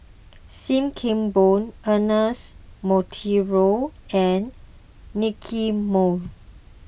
Sim Kee Boon Ernest Monteiro and Nicky Moey